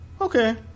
Okay